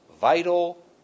vital